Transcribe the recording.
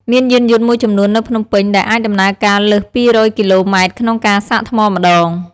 មានយានយន្តមួយចំនួននៅភ្នំពេញ ដែលអាចដំណើរការលើស ២០០ គីឡូម៉ែត្រក្នុងការសាកថ្មម្ដង។